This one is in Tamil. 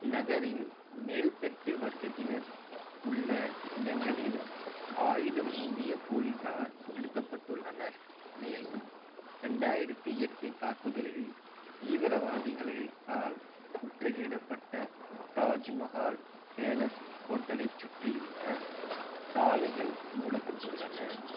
நகரின் மேல் தட்டு வர்க்கத்தினர் உள்ள இடங்களில் ஆயுதமேந்திய போலீஸார் நிறுத்தப்பட்டுள்ளனர் மேலும் ரெண்டாயிரத்தி எட்டு தாக்குதலில் தீவிரவாதிகளால் முற்றுகையிடப்பட்ட தாஜ்மஹால் பேலஸ் ஹோட்டலைச் சுற்றியுள்ள சாலைகள் மூடப்பட்டுள்ளன